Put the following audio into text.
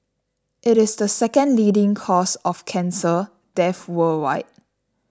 it is the second leading cause of cancer death worldwide